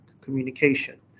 communication